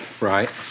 Right